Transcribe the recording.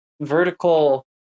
vertical